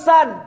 Son